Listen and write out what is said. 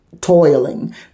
toiling